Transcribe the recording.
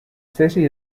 city